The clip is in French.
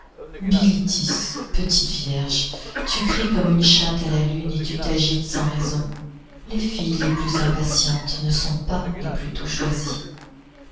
bilitis petite vierge tu cries comme une chatte à la lune et tu t'agites sans raison les filles les plus impatientes ne sont pas les plus tôt choisies